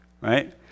right